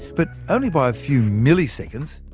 but only by a few milliseconds.